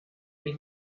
ich